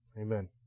Amen